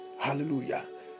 Hallelujah